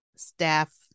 staff